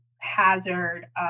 hazard